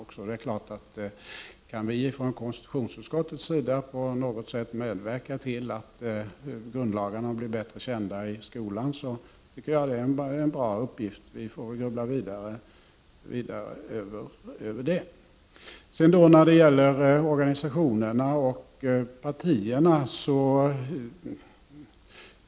Om vi i konstitutionsutskottet på något sätt kan medverka till att det sprids större kännedom om grundlagarna i skolan är det självfallet en bra uppgift. Vi får väl grubbla vidare över den saken. Sedan något om organisationerna och partierna.